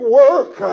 work